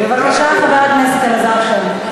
בבקשה, חבר הכנסת אלעזר שטרן.